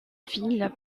ville